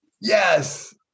Yes